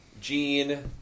Gene